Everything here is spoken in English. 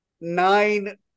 nine